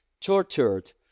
tortured